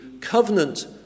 covenant